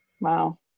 Wow